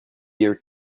year